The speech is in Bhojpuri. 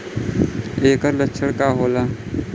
ऐकर लक्षण का होला?